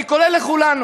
אני קורא לכולנו